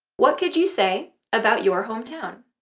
what could you say about your hometown?